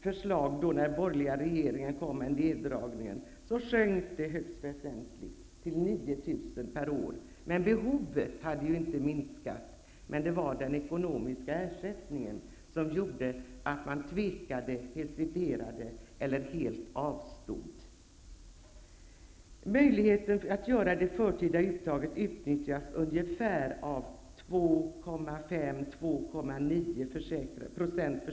När den borgerliga regeringen kom med förslaget till neddragning sjönk antalet högst väsentligt, till 9 000 per år. Men behovet hade inte minskat. Det var den ekonomiska ersättningen som gjorde att man hesiterade eller helt avstod.